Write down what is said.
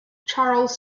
charles